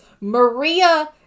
maria